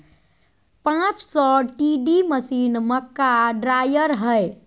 पांच सौ TD machine, मक्का ड्रायर हइ